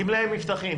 גמלאי מבטחים